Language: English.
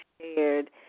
shared